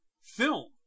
film